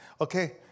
Okay